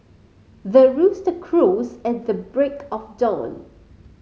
the rooster crows at the break of dawn